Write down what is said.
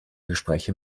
gespräche